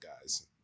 guys